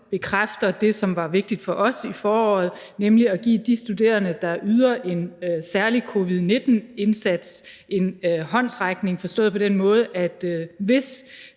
bekræfter det, som var vigtigt for os i foråret, nemlig at give de studerende, der yder en særlig covid-19-indsats, en håndsrækning, forstået på den måde, at hvis